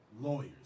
Lawyers